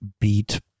beat